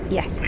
yes